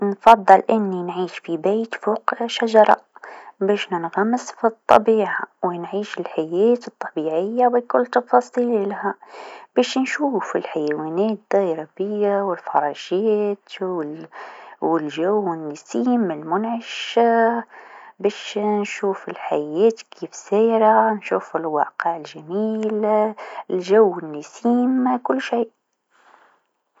نفضل أني نعيش في بيت قوف الشجره باش ننغمش في الطبيعه و نعيش الحياة الطبيعه بكل تفاصيلها باش نشوف الحيوانات دايره بيا و الفراشات وال-والجو و نسيم المنعش باش نشوف الحياة كيف سايره نشوف الواقع الجميل جو النسيم كل شيء.